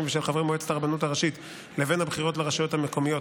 ושל חברי מועצת הרבנות הראשית לבין הבחירות לרשויות המקומיות,